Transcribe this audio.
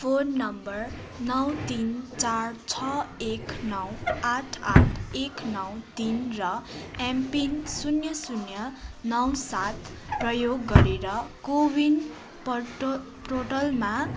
phone number नौ तिन चार छ एक नौ आठ आठ एक नौ तिन र एमपिन शून्य शून्य नौ सात प्रयोग गरेर कोविन पर्टल पोर्टलमा